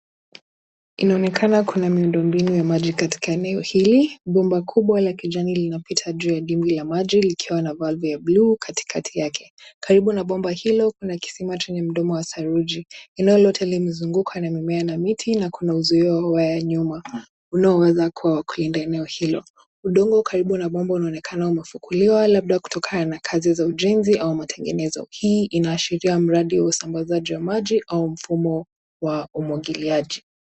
Inaonekana kuna miundombinu ya maji katika eneo hili. Bomba kubwa la kijani linapita juu ya dibwi la maji likiwa na valvu ya buluu katikati yake. Karibu na bomba hilo kuna kisima chenye mdomo wa saruji. Eneo lote limezungukwa na mimea na miti na kuna uzio wa waya nyuma unaoweza kuwa wa kulinda eneo hilo. Udongo karibu na bomba unaonekana umefukuliwa labda kutokana na kazi za ujenzi au matengenezo .Hii inaashiria mradi wa usambazaji wa maji au mifumo wa umwangiliaji.